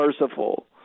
merciful